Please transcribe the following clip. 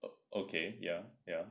okay ya ya